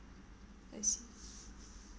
I see